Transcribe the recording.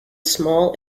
small